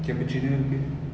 cappuccino இருக்கு:irukku